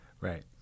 Right